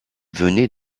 venait